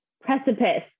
precipice